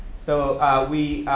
so we,